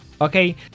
Okay